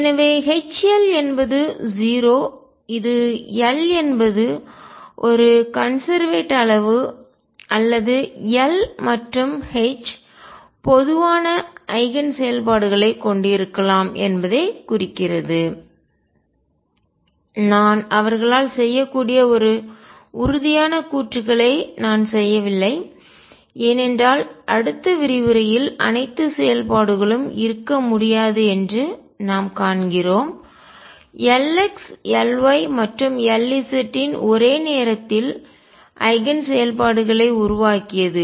எனவே H L என்பது 0 இது L என்பது ஒரு கன்செர்வேட் அளவு அல்லது L மற்றும் H பொதுவான ஐகன் செயல்பாடுகளைக் கொண்டிருக்கலாம் என்பதைக் குறிக்கிறது நான் அவர்களால் செய்யக்கூடிய ஒரு உறுதியான கூற்றுகளை நான் செய்யவில்லை ஏனென்றால் அடுத்த விரிவுரையில் அனைத்து செயல்பாடுகளும் இருக்க முடியாது என்று நாம் காண்கிறோம் Lx Ly மற்றும் Lz இன் ஒரே நேரத்தில் ஐகன் செயல்பாடுகளை உருவாக்கியது